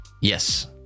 Yes